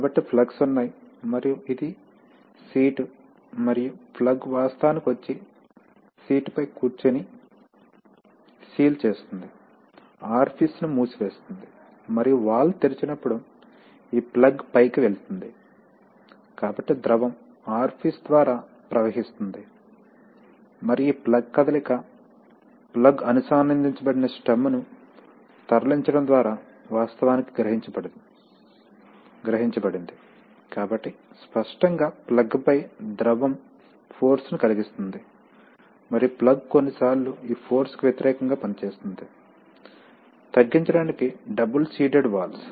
కాబట్టి ప్లగ్స్ ఉన్నాయి మరియు ఇది సీటు మరియు ప్లగ్ వాస్తవానికి వచ్చి సీటుపై కూర్చుని సీలు చేస్తుంది ఆర్ఫీస్ ను మూసివేస్తుంది మరియు వాల్వ్ తెరిచినప్పుడు ఈ ప్లగ్ పైకి వెళుతుంది కాబట్టి ద్రవం ఆర్ఫీస్ ద్వారా ప్రవహిస్తుంది మరియు ఈ ప్లగ్ కదలిక ప్లగ్ అనుసంధానించబడిన స్టెమ్ ను తరలించడం ద్వారా వాస్తవానికి గ్రహించబడింది కాబట్టి స్పష్టంగా ప్లగ్పై ద్రవం ఫోర్స్ ని కలిగిస్తుంది మరియు ప్లగ్ కొన్నిసార్లు ఈ ఫోర్స్ కి వ్యతిరేకంగా పనిచేస్తుంది తగ్గించడానికి డబుల్ సీటెడ్ వాల్వ్స్